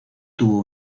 tuvo